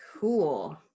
Cool